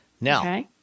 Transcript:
Now